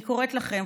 אני קוראת לכם,